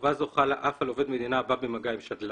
חובה זו חלה אף על עובד מדינה הבא במגע עם שדלן".